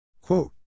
Quote